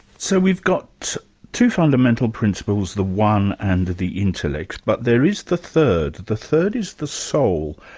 so we've got two fundamental principles the one and the intellect. but there is the third. the third is the soul.